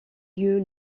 lieu